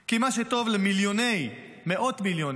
כי מה שטוב למאות מיליונים,